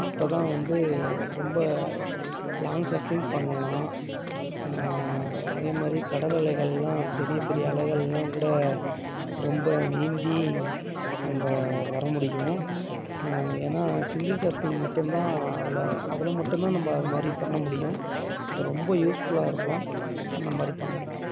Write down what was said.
அப்போ தான் வந்து ரொம்ப லாங் சர்ஃபிங் பண்ணலாம் அதே மாதிரி கடல் அலைகள்லாம் பெரிய பெரிய அலைகள்லாம் கூட ரொம்ப நீந்தி நம்ப வர முடியும் ஏனால் சிங்கிள் சர்ஃபிங் மட்டும்தான் அதில் அதில் மட்டும்தான் நம்ப அது மாதிரி பண்ண முடியும் அது ரொம்ப யூஸ்ஃபுல்லாக இருக்கும் அந்த மாதிரி பண்ணுங்கள்